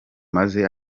maze